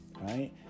Right